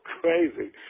crazy